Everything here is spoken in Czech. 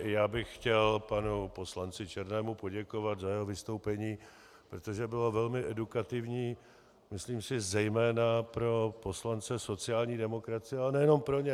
Já bych chtěl panu poslanci Černému poděkovat za jeho vystoupení, protože bylo velmi edukativní, zejména pro poslance sociální demokracie, ale nejenom pro ně.